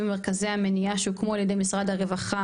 מרכזי המניעה שהוקמו על ידי משרד הרווח,